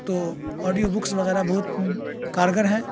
تو audio books وغیرہ بہت کارگر ہے